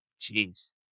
Jeez